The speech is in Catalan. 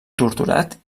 torturat